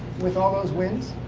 with all those wins.